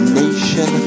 nation